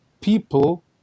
people